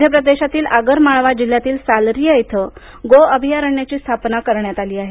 मध्यप्रदेशातील आगर माळवा जिल्ह्यातील सालरीया इथं गो अभयारण्याची स्थापना करण्यात आली आहे